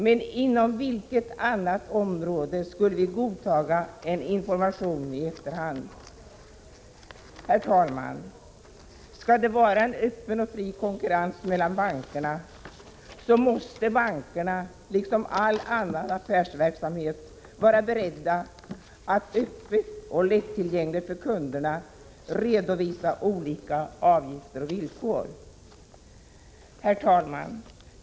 Men inom vilket annat område skulle vi godta information i efterhand? Skall det vara en öppen och fri konkurrens mellan bankerna, måste bankerna — liksom fallet är inom all affärsverksamhet — vara beredda att redovisa olika avgifter och villkor öppet och på ett sådant sätt att uppgifterna är lättillgängliga för kunderna. Herr talman!